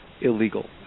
illegal